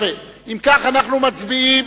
אם כך, אנחנו מצביעים,